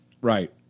Right